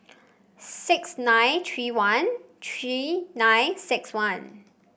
six nine three one three nine six one